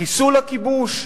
חיסול הכיבוש,